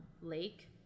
lake